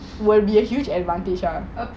will be a huge advantage ah